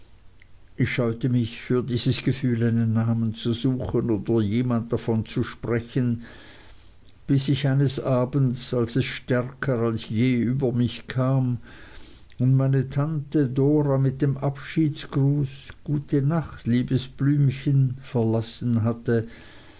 ich scheute mich für dieses gefühl einen namen zu suchen oder zu jemand davon zu sprechen bis ich eines abends als es stärker als je über mich kam und meine tante dora mit dem abschiedsgruß gute nacht liebes blümchen verlassen hatte